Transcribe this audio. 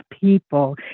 people